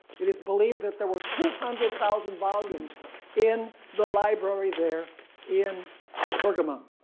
it is believed that there were two hundred thousand volumes in the library there in pergamum.